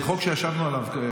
זה חוק שישבנו עליו.